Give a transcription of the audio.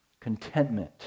Contentment